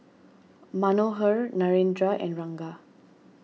Manohar Narendra and Ranga